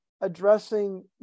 addressing